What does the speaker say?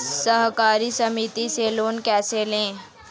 सहकारी समिति से लोन कैसे लें?